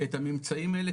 את הממצאים האלה,